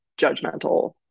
judgmental